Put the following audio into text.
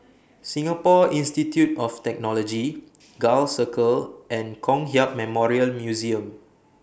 Singapore Institute of Technology Gul Circle and Kong Hiap Memorial Museum